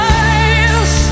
eyes